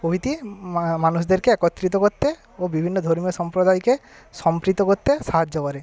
প্রভৃতি মানুষদেরকে একত্রিত করতে ও বিভিন্ন ধর্মীয় সম্প্রদায়কে সম্প্রীত করতে সাহায্য করে